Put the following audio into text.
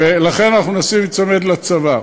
ולכן אנחנו מנסים להיצמד לצבא.